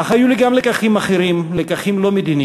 אך היו לי גם לקחים אחרים, לקחים לא מדיניים.